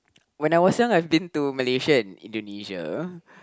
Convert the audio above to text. when I was young I've been to Malaysia and Indonesia